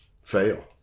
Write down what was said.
fail